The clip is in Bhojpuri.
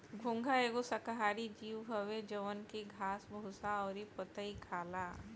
घोंघा एगो शाकाहारी जीव हवे जवन की घास भूसा अउरी पतइ खाला